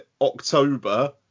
October